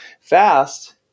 fast